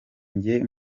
njye